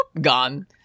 Gone